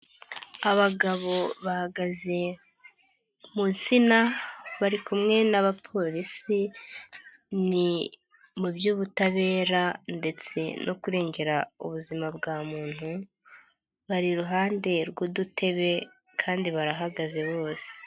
Abagabo bahagaze mu nsina, bari kumwe n'abapolisi mu by'ubutabera ndetse no kurengera ubuzima bwa muntu, bari iruhande rw'udutebe kandi barahagaze bose.